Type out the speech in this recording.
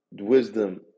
Wisdom